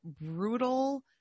brutal